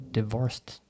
divorced